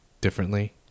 differently